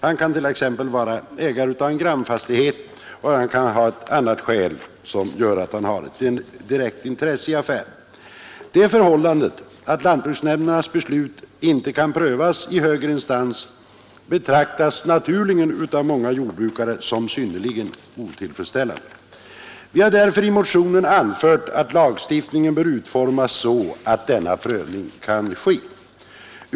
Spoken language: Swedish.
Han kan t.ex. vara ägare av grannfastighet eller av annat skäl ha ett direkt intresse. Det förhållandet att lantbruksnämndernas beslut inte kan prövas i högre instans betraktas naturligen av många jordbrukare som synnerligen otillfredsställande. Vi har därför i motionen anfört att lagstiftningen bör utformas så att en sådan prövning kan ske.